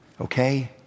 okay